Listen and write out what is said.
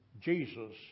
Jesus